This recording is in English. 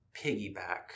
piggyback